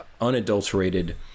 unadulterated